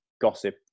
gossip